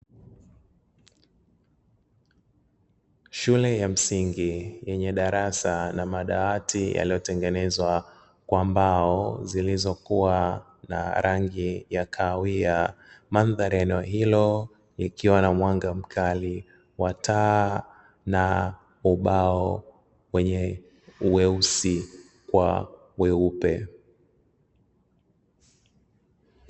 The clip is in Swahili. Shule ya msingi yenye darasa la madawati yaliyotengenezwa kwa mbao zilizokuwa na rangi ya kahawia, mandhari ya eneo hilo ikiwa na mwanga mkali wataa na ubao wenye weusi kwa weupe.